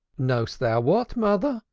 knowest thou what, mother,